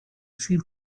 seem